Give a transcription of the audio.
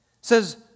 says